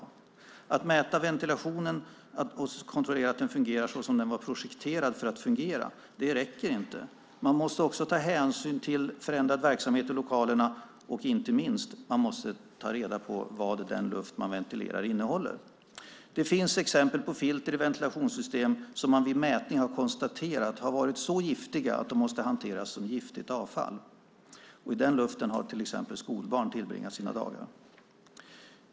Det räcker inte att mäta ventilationen och kontrollera att den fungerar såsom den var projekterad att fungera. Man måste också ta hänsyn till förändrad verksamhet i lokalerna, och inte minst måste man ta reda på vad den luft man ventilerar innehåller. Det finns exempel på filter i ventilationssystem som man vid mätning har konstaterat har varit så giftiga att de måste hanteras som giftigt avfall. I den luften har till exempel skolbarn tillbringat sina dagar.